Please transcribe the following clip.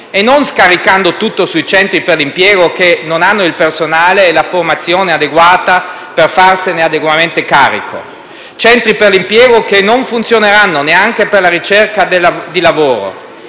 e non scaricando tutto sui centri per l'impiego, che non hanno il personale e la formazione adeguata per farsene adeguatamente carico e che non funzioneranno neanche per la ricerca di lavoro.